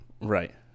Right